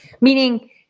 meaning